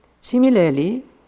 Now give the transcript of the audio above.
Similarly